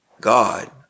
God